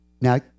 Now